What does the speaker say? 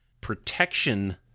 Protection